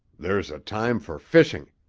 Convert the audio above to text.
there's a time for fishing.